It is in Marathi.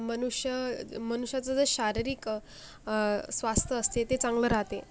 मनुष्य मनुष्याचं जे शारीरिक स्वास्थ असते ते चांगलं राहते